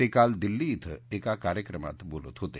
ते काल दिल्ली इथं एका कार्यक्रमात बोलत होते